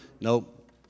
nope